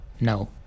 No